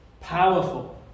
powerful